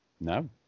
No